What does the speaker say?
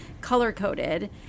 color-coded